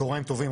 צוהריים טובים,